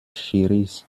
schiris